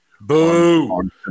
Boom